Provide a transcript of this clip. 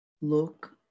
Look